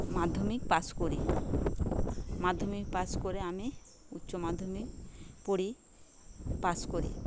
মাধ্যমিক পাশ করি মাধ্যমিক পাশ করে আমি উচ্চমাধ্যমিক পড়ি পাশ করি